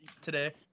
today